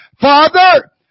Father